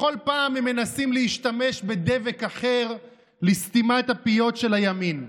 בכל פעם הם מנסים להשתמש בדבק אחר לסתימת הפיות של הימין.